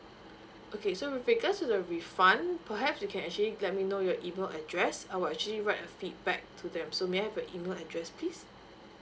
okay so with regards to the refund perhaps you can actually let me know your email address I will actually write a feedback to them so may I have your email address please